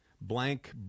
Blank